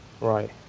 right